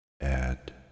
Add